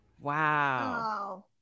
wow